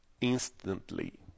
instantly